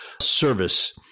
service